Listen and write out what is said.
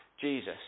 Jesus